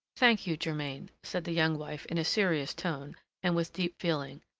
thank you, germain, said the young wife in a serious tone and with deep feeling.